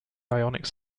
ionic